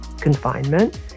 confinement